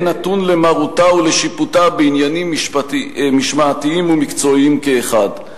נתון למרותה ולשיפוטה בעניינים משמעתיים ומקצועיים כאחד.